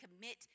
commit